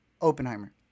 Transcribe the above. Oppenheimer